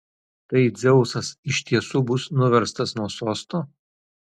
tai dzeusas iš tiesų bus nuverstas nuo sosto